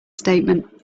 statement